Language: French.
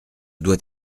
doit